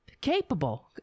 capable